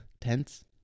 Tense